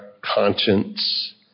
conscience